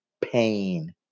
Pain